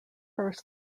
first